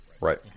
Right